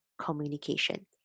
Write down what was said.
communication